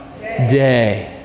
Day